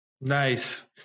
nice